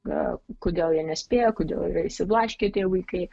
gal kodėl jie nespėja kodėl yra išsiblaškę tie vaikai